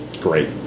great